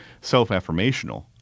self-affirmational